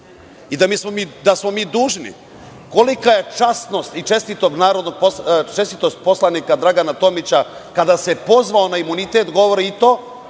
i da smo mi dužni, kolika je časnost i čestitost narodnog poslanika Dragana Tomića kada se pozvao na imunitet, govori i to